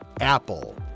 Apple